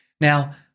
Now